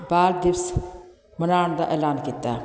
ਬਾਲ ਦਿਵਸ ਮਨਾਉਣ ਦਾ ਐਲਾਨ ਕੀਤਾ